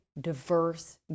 diverse